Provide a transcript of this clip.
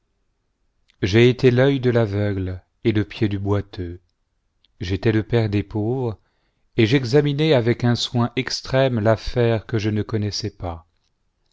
j'ai été l'œil de l'aveugle et le pied du boiteux j'étais le père des pauvres et j'examinais avec un soin extrême l'affaire que je ne connaissais pas